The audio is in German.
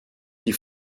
die